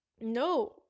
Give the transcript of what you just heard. no